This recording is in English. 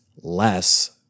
less